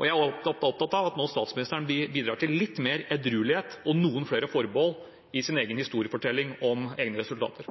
Jeg er opptatt av at statsministeren nå bidrar til litt mer edruelighet og noen flere forbehold i sin historiefortelling om egne resultater.